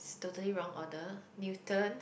it's totally wrong order Newton